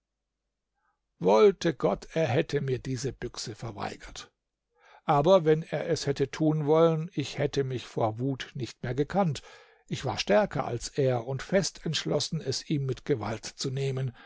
wollte gott er hätte mir diese büchse verweigert aber wenn er es hätte tun wollen ich hätte mich vor wut nicht mehr gekannt ich war stärker als er und fest entschlossen es ihm mit gewalt zu nehmen